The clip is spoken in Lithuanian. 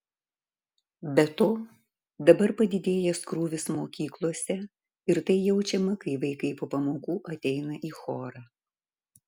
be to dabar padidėjęs krūvis mokyklose ir tai jaučiama kai vaikai po pamokų ateina į chorą